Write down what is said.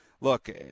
look